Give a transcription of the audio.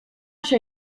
się